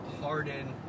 Harden